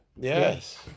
Yes